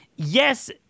Yes